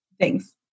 Thanks